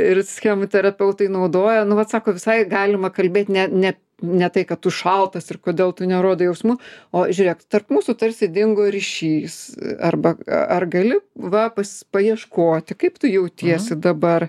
ir schemų terapeutai naudoja nu vat sako visai galima kalbėt ne ne ne tai kad tu šaltas ir kodėl tu nerodai jausmų o žiūrėk tarp mūsų tarsi dingo ryšys arba ar gali va pas paieškoti kaip tu jautiesi dabar